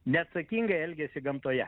neatsakingai elgiasi gamtoje